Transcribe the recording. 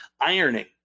ironing